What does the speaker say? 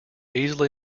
easily